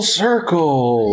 circle